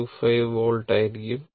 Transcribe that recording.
625 volt ആയിരിക്കും